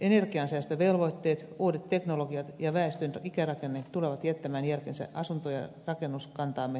energiansäästövelvoitteet uudet teknologiat ja väestön ikärakenne tulevat jättämään jälkensä asunto ja rakennuskantamme